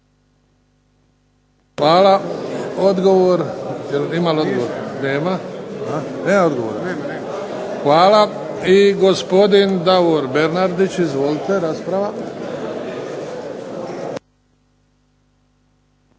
Hvala. Odgovor. Ima li odgovora? Nema. Hvala. I gospodin Davor Bernardić. Izvolite. Rasprava.